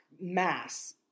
mass